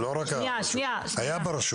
הרשות